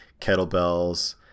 kettlebells